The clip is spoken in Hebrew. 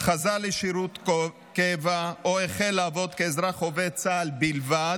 חזר לשירות קבע או החל לעבוד כאזרח עובד צה"ל בלבד,